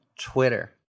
Twitter